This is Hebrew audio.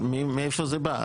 מאיפה זה בא?